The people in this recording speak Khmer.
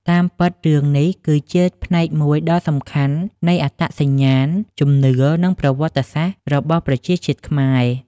តាមពិត រឿងនេះគឺជា ផ្នែកមួយដ៏សំខាន់នៃអត្តសញ្ញាណ ជំនឿ និងប្រវត្តិសាស្ត្ររបស់ប្រជាជាតិខ្មែរ។